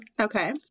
Okay